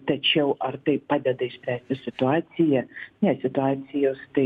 tačiau ar tai padeda išspręsti situaciją ne situacijos tai